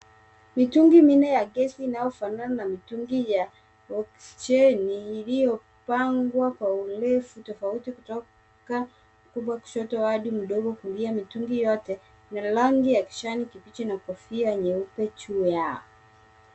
Mitungi minne ya gesi inayofanana na mitungi ya oksijeni iliyopangwa kwa urefu tofauti kutoka kubwa kushoto hadi ndogo kulia, mitungi yote ina rangi ya kijani kibichi na kofia nyeupe juu yao.